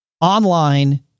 online